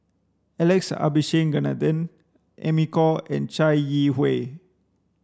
Alex Abisheganaden Amy Khor and Chai Yee Wei